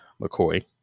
McCoy